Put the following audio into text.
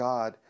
God